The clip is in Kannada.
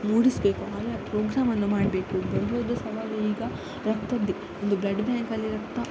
ಮೂಡಿಸಬೇಕು ಆಯಾ ಪ್ರೋಗ್ರಾಮನ್ನು ಮಾಡಬೇಕು ದೊಡ್ಡ ದೊಡ್ಡ ಸವಾಲು ಈಗ ರಕ್ತದ್ದೇ ಒಂದು ಬ್ಲಡ್ ಬ್ಯಾಂಕಲ್ಲಿ ರಕ್ತ